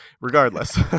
Regardless